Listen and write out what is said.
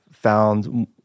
Found